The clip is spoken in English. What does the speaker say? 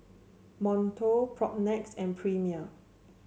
Monto Propnex and Premier